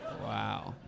Wow